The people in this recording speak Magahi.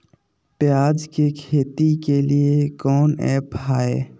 प्याज के खेती के लिए कौन ऐप हाय?